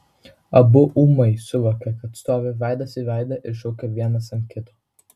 abu ūmai suvokė kad stovi veidas į veidą ir šaukia vienas ant kito